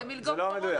זה מלגות קורונה.